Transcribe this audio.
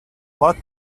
lot